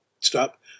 stop